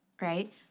right